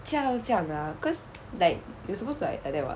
驾到这样啊 cause like you're supposed to like that [what]